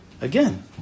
Again